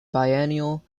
biennial